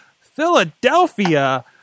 Philadelphia